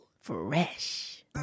Fresh